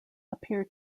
appear